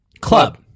Club